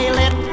let